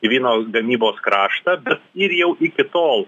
į vyno gamybos kraštą bet ir jau iki tol